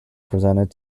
presented